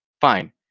fine